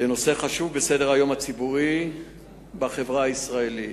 לנושא חשוב בסדר-היום הציבורי בחברה הישראלית.